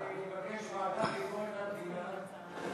אני מבקש, הוועדה לביקורת המדינה.